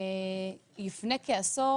לפני כעשור